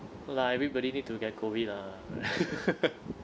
no lah everybody need to get COVID lah